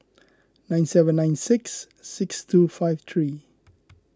nine seven nine six six two five three